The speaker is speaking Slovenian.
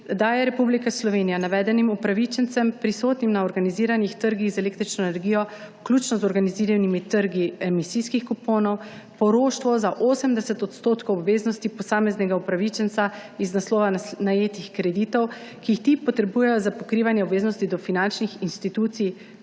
daje Republika Slovenija navedenim upravičencem, prisotnim na organiziranih trgih z električno energijo, vključno z organiziranimi trgi emisijskih kuponov, poroštvo za 80 % obveznosti posameznega upravičenca iz naslova najetih kreditov, ki jih ti potrebujejo za pokrivanje obveznosti do finančnih institucij